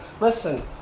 Listen